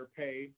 pay